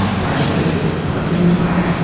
barbeques. cooking with fire.